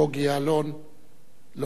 לומר דברים בשם הממשלה.